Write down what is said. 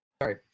Sorry